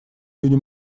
люди